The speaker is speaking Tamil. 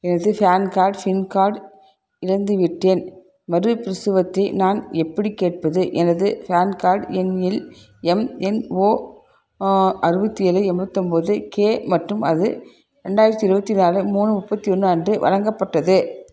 எனது பேன்கார்ட் சிம் கார்ட் இழந்துவிட்டேன் மறுபிரசுரத்தை நான் எப்படிக் கேட்பது எனது பேன்கார்டு எண்ணில் எம்என்ஓ அறுபத்தி ஏழு எண்பத்து ஒன்போது கே மற்றும் அது ரெண்டாயிரத்தி இருபத்தி நாலு மூணு முப்பத்தி ஒன்று அன்று வழங்கப்பட்டது